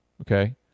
okay